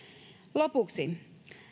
lopuksi